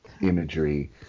imagery